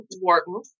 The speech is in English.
Wharton